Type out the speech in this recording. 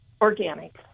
organic